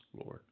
Lord